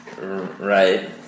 Right